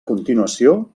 continuació